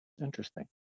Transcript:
Interesting